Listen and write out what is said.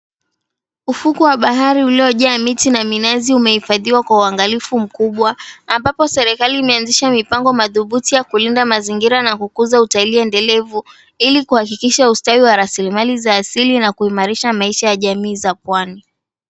Ufukwe wa bahari uliojaa miti na minazi umehifadhiwa kwa uangalifu mkubwa, ambapo serikali imeanzisha mipango madhubuti ya kulinda mazingira na kukuza utalii endelevu, ili kuhakikisha ustawi wa rasilimali za asili na kuimarisha maisha ya jamii za pwani.